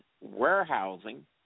warehousing